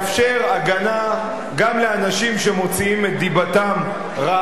הגנה גם לאנשים שמוציאים את דיבתם רעה,